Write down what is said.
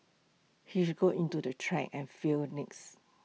he should go into the track and field next